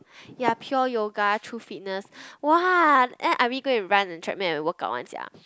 ya pure yoga True Fitness !wah! then I really go and run on treadmill and workout one sia